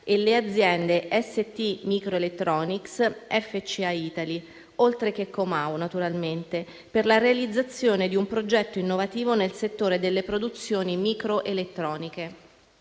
le aziende ST Microelectronics e FCA Italy*,* oltre che con Comau, naturalmente, per la realizzazione di un progetto innovativo nel settore delle produzioni microelettroniche.